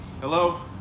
Hello